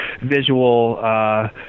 visual